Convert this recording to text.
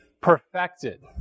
perfected